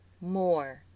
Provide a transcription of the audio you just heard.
more